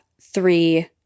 three